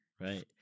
right